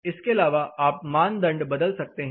इसके अलावा आप मानदंड बदल सकते हैं